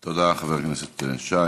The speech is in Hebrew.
תודה, חבר הכנסת שי.